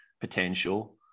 potential